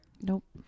Nope